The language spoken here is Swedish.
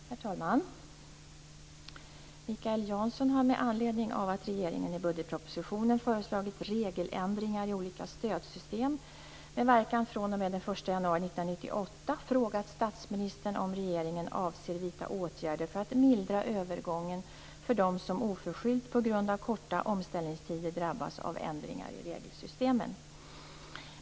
Herr talman! Mikael Janson har, med anledning av att regeringen i budgetpropositionen föreslagit regeländringar i olika stödsystem med verkan fr.o.m. den 1 januari 1998, frågat statsministern om regeringen avser vidta åtgärder för att mildra övergången för dem som oförskyllt, på grund av korta "omställningstider", drabbas av ändringar i regelsystemen.